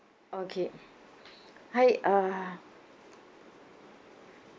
okay hi uh